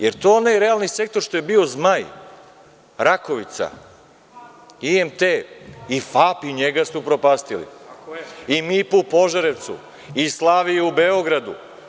Je li to onaj realni sektor što je bi „Zmaj“ Rakovica, IMT, FAP, i njega ste upropastili i MIP u Požarevcu i „Slavija“ u Beogradu?